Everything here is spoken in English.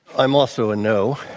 i'm also a no.